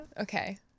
Okay